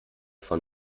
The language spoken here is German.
von